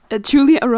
julia